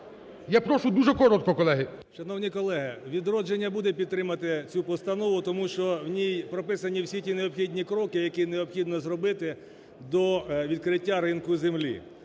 Я прошу дуже коротко, колеги. 13:47:32 КУЛІНІЧ О.І. Шановні колеги! "Відродження" буде підтримувати цю постанову, тому що в ній прописані всі ті необхідні кроки, які необхідно зробити до відкриття ринку землі.